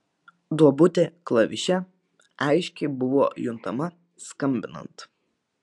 duobutė klaviše aiškiai buvo juntama skambinant